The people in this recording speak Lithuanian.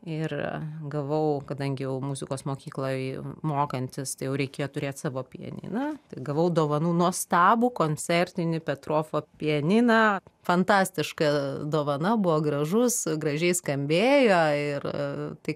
ir gavau kadangi jau muzikos mokykloj mokantis tai jau reikia turėt savo pianiną gavau dovanų nuostabų koncertinį petrofo pianiną fantastiška dovana buvo gražus gražiai skambėjo ir tai